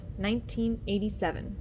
1987